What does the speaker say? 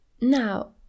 Now